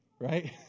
right